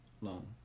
loan